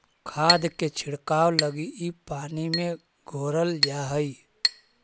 खाद के छिड़काव लगी इ पानी में घोरल जा हई